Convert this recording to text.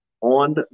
on